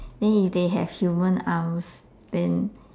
then if they have human arms then